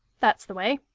that's the way.